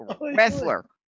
wrestler